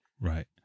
Right